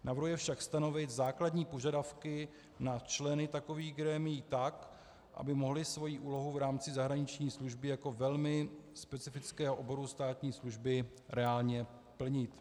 Navrhuje však stanovit základní požadavky na členy takových grémií tak, aby mohli svoji úlohu v rámci zahraniční služby jako velmi specifického oboru státní služby reálně plnit.